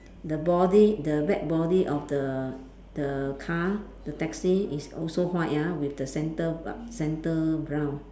the body the back body of the the car the taxi is also white ah with the centre bra~ centre brown